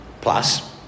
plus